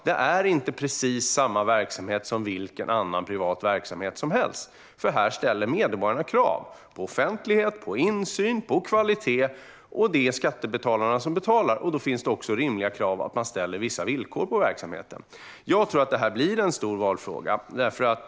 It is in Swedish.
Det är inte som vilken annan privat verksamhet som helst, för här ställer medborgarna krav på offentlighet, insyn och kvalitet. Det är nämligen skattebetalarna som betalar. Då är det också rimligt att det ställs vissa krav och villkor på verksamheten. Jag tror att det här blir en stor valfråga.